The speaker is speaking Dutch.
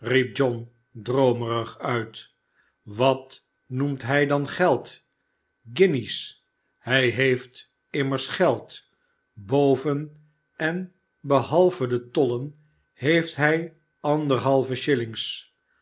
john droomerig uit wat noemt hij dan geld guinjes hij heeft immers geld boven en behalve de tollen heeft kij anderhalven